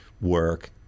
work